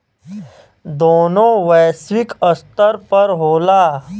दोनों वैश्विक स्तर पर होला